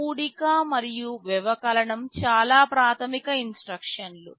కూడిక మరియు వ్యవకలనం చాలా ప్రాథమిక ఇన్స్ట్రక్షన్లు